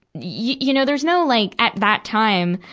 you know, there's no, like, at that time,